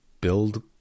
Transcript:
build